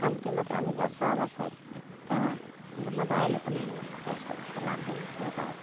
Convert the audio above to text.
कम्ती मात्राले गर्छ होला सायद तर नभए अहिलेको नानीहरूले गर्छ जस्तो लाग्दैन योगाहरू